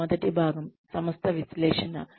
దీని మొదటి భాగం సంస్థ విశ్లేషణ